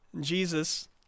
Jesus